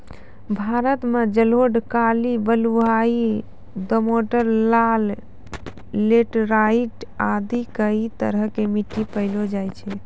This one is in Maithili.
भारत मॅ जलोढ़, काली, बलुआही, दोमट, लाल, लैटराइट आदि कई तरह के मिट्टी पैलो जाय छै